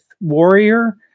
Warrior